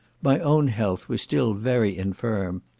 my own health was still very infirm,